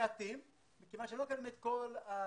מעטים מכיוון שלא מקבלים את כל הזכויות.